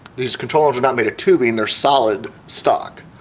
these control arms are not made of tubing they're solid stock,